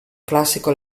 classico